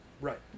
right